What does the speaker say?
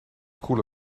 koele